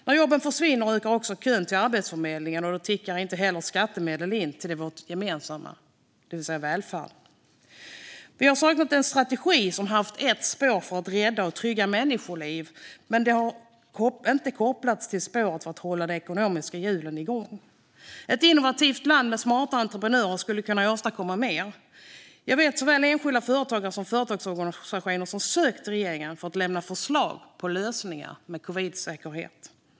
När jobben försvinner ökar också kön till Arbetsförmedlingen, och då tickar inte heller skattemedel in till vårt gemensamma, det vill säga välfärden. Vi har saknat en strategi som haft ett spår för att rädda och trygga människoliv kopplat till att hålla de ekonomiska hjulen igång. Ett innovativt land med smarta entreprenörer skulle kunna åstadkomma mer. Jag vet att såväl enskilda företagare som företagsorganisationer har sökt regeringen för att lämna förslag på lösningar med covidsäkerhet.